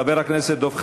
חבר הכנסת דב חנין,